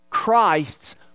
christ's